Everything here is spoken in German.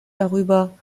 darüber